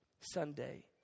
Sunday